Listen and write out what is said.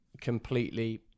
completely